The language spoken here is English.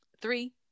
three